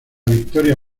victoria